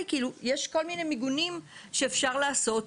יש כל מיני מיגונים שאפשר לעשות.